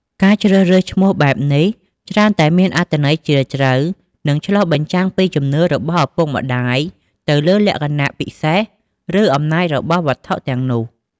ការជ្រើសរើសឈ្មោះបែបនេះ ច្រើនតែមានអត្ថន័យជ្រាលជ្រៅ និងឆ្លុះបញ្ចាំងពីជំនឿរបស់ឪពុកម្តាយទៅលើលក្ខណៈពិសេស ឬ អំណាចរបស់វត្ថុទាំងនោះ។